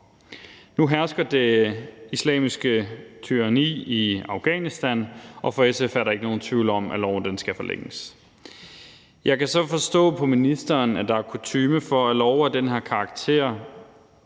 Nu hersker det islamiske tyranni i Afghanistan, og for SF er der ikke nogen tvivl om, at loven skal forlænges. Jeg kan så forstå på ministeren, at der er kutyme for, at der arbejdes